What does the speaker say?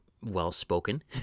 well-spoken